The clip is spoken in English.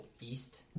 east